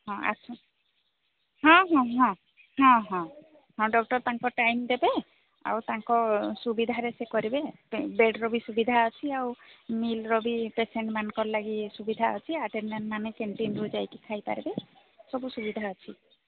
ହଁ ଆସନ୍ତୁ ହଁ ହଁ ହଁ ହଁ ହଁ ହଁ ଡକ୍ଟର ତାଙ୍କ ଟାଇମ୍ ଦେବେ ଆଉ ତାଙ୍କ ସୁବିଧାରେ ସେ କରିବେ ବେଡ୍ର ବି ସୁବିଧା ଅଛି ଆଉ ମିଲ୍ର ବି ପେସେଣ୍ଟମାନଙ୍କ ଲାଗି ସୁବିଧା ଅଛି ଆଟେଡାଣ୍ଟ୍ମାନେ କ୍ୟାଣ୍ଟିନ୍ରୁ ଯାଇକି ଖାଇପାରିବେ ସବୁ ସୁବିଧା ଅଛି